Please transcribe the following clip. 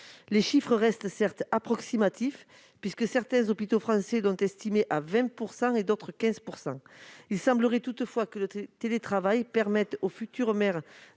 Les chiffres restent certes approximatifs, puisque certains hôpitaux français ont estimé cette baisse à 20 % et d'autres à 15 %. Il semblerait toutefois que le télétravail permette aux futures mères